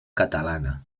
catalana